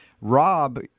Rob